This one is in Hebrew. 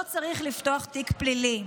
לא צריך לפתוח תיק פלילי".